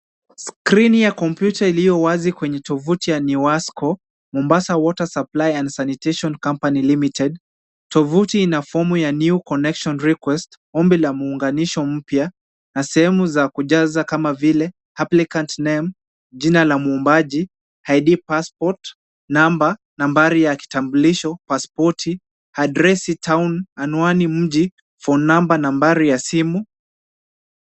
Skrini ya kompyuta iliyo wazi kwenye tuvuti ya Miwasco Mombasa water supply and sanitation company limited . Tuvuti ina ya fomu ya new connection request ombi la muunganisho mpya na sehemu za kujaza kama vile applicant name jina la muumbaji, ID, Passport nambari ya kitambulisho, pasipoti address town anwani, mji phone number nambari ya simu.